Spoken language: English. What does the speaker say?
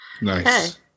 Nice